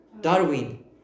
darwin